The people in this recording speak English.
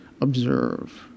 Observe